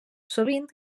sovint